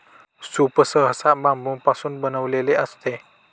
soup सहसा बांबूपासून बनविलेले असते